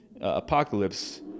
apocalypse